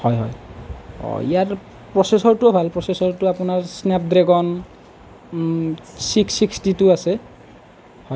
হয় হয় অ ইয়াৰ প্ৰ'চেছৰটোও ভাল প্ৰচেছৰটো আপোনাৰ Snapdragon six sixty two আছে